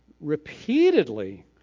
repeatedly